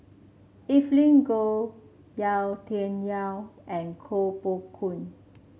Evelyn Goh Yau Tian Yau and Koh Poh Koon